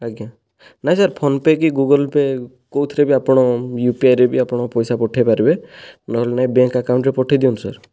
ଆଜ୍ଞା ନାଇଁ sir PhonePe' କି ଗୁଗଲ ପେ' କେଉଁଥିରେ ବି ଆପଣ ୟୁପିଆଇରେ ବି ଆପଣ ପଇସା ପଠେଇ ପାରିବେ ନହେଲେ ନାଇଁ ବ୍ୟାଙ୍କ ଆକାଉଣ୍ଟରେ ପଠେଇ ଦିଅନ୍ତୁ ସାର୍